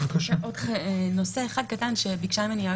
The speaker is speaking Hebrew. עוד נושא אחד קטן שביקשה ממני להעלות